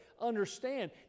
understand